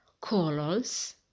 corals